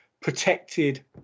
protected